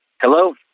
Hello